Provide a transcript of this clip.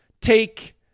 take